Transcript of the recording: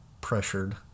pressured